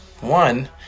One